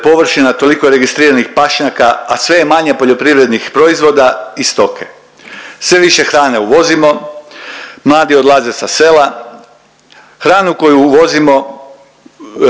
Hranu koju uvozimo,